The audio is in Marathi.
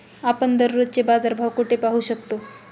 आपण दररोजचे बाजारभाव कोठे पाहू शकतो?